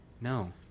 No